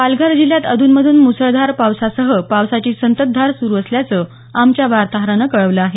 पालघर जिल्ह्यात अधूनमधून मुसळधार पावसासह पावसाची संततधार सुरू असल्याचं आमच्या वार्ताहरानं कळवलं आहे